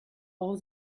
all